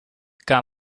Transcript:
gun